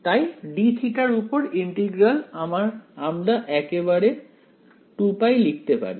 তাই dθ এর উপর ইন্টিগ্রাল আমরা একবারে 2π লিখতে পারি